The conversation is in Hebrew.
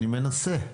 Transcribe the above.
אני מנסה.